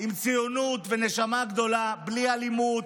עם ציונות ונשמה גדולה, בלי אלימות,